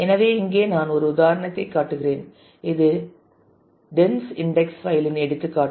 எனவே இங்கே நான் ஒரு உதாரணத்தைக் காட்டுகிறேன் இது டென்ஸ் இன்டெக்ஸ் பைல் இன் எடுத்துக்காட்டு